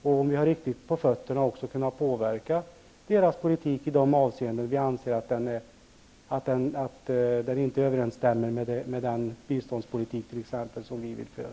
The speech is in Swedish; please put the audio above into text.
Om vi har riktigt på fötterna kan vi då också påverka deras politik i de avseenden vi anser att den inte överensstämmer med den biståndspolitik vi vill föra.